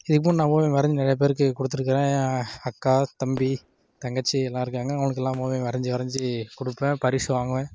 இதுக்கு முன்னே நான் ஓவியம் வரஞ்சு நிறைய பேருக்கு கொடுத்துருக்குறன் அக்கா தம்பி தங்கச்சி எல்லா இருக்காங்க அவனுக்குளுக்கெல்லாம் ஓவியம் வரஞ்சு வரஞ்சு கொடுப்பன் பரிசு வாங்குவேன்